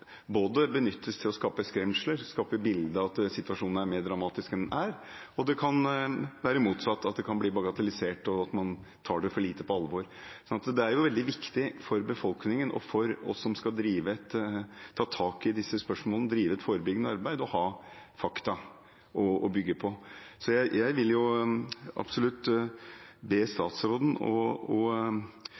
benyttes til å skape skremsler og til å skape et bilde av at situasjonen er mer dramatisk enn den er, og det kan være motsatt – at det kan bli bagatellisert, og at man tar det for lite på alvor. Det er veldig viktig for befolkningen og for oss som skal ta tak i disse spørsmålene og drive forebyggende arbeid, å ha fakta å bygge på. Så jeg vil absolutt be statsråden om å følge opp spørsmål som har spesiell interesse, og